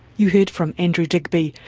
you heard from andrew digby,